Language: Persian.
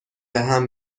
بهم